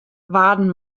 waarden